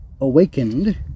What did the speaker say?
awakened